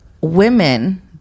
women